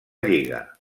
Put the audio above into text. lliga